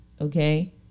Okay